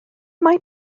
mae